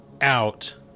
out